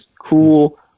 cool